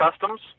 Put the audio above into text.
customs